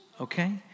okay